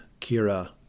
Kira